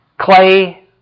clay